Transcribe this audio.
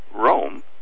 Rome